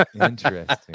Interesting